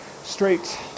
straight